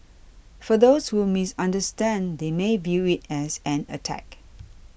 for those who misunderstand they may view it as an attack